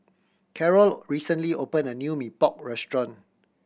Carol recently opened a new Mee Pok restaurant